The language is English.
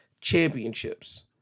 championships